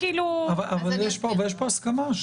אבל יש פה הסכמה.